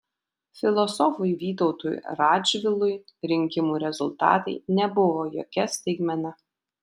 filosofui vytautui radžvilui rinkimų rezultatai nebuvo jokia staigmena